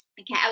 okay